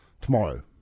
Tomorrow